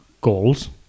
goals